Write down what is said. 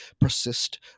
persist